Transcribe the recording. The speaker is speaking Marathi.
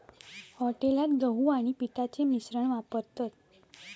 हॉटेलात गहू आणि पिठाचा मिश्रण वापरतत